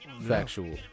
Factual